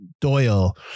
Doyle